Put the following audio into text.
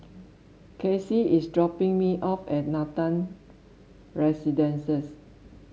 Kacie is dropping me off at Nathan Residences